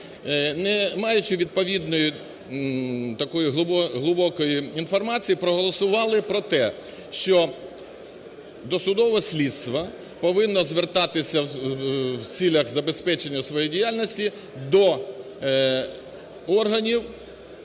не маючи відповідної такої глибокої інформації проголосували про те, що досудове слідство повинно звертатися в цілях забезпечення своєї діяльності до органів,